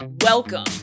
Welcome